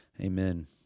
Amen